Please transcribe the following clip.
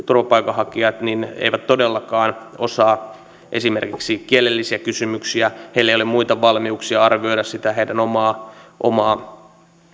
turvapaikanhakijat eivät todellakaan osaa esimerkiksi kielellisiä kysymyksiä heillä ei ole muita valmiuksia arvioida sitä heidän omaa omaa